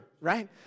right